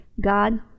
God